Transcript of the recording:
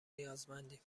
نیازمندیم